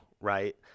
right